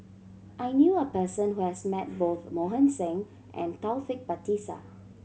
I knew a person who has met both Mohan Singh and Taufik Batisah